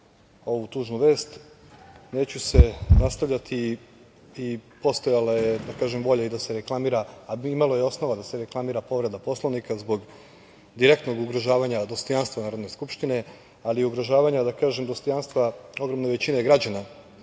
ovu tužnu vest, neću se nastavljati i postojala je volja i da se reklamira, a imalo je i osnova da se reklamira povreda Poslovnika zbog direktnog ugrožavanja dostojanstva Narodne skupštine, ali ugrožavanja dostojanstva ogromne većine građana,